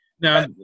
now